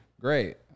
great